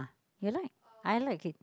you like I like it